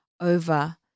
over